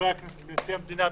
בחברי הכנסת ובנשיא המדינה,